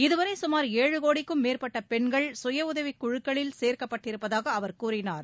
இதுவரை சுமார் ஏழு கோடிக்கும் மேற்பட்ட பெண்கள் சுயஉதவிக் குழுக்களில் சேர்க்கப்பட்டிருப்பதாக அவர் கூறினார்